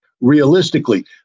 realistically